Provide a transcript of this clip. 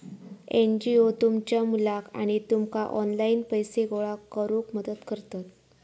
NGO तुमच्या मुलाक आणि तुमका ऑनलाइन पैसे गोळा करूक मदत करतत